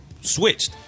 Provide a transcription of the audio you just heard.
switched